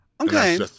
Okay